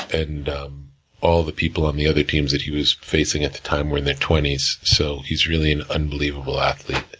and all of the people on the other teams that he was facing at the time were in their twenty s, so he's really an unbelievable athlete.